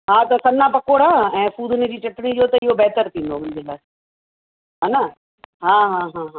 हा त सना पकोड़ा ऐं फ़ूदिने जी चटिणी ॾियो त इहो बैटर थींदो मुंहिंजे लाइ हा न हा हा हा हा